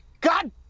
God